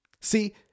See